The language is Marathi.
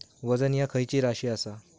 वजन ह्या खैची राशी असा?